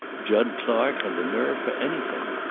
jud clark had the nerve for anything.